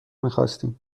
میخواستیم